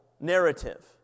narrative